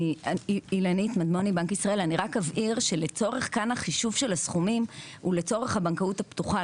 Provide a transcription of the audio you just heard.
אני רק אבהיר שהחישוב של הסכומים הוא לצורך הבנקאות הפתוחה,